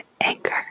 Anchor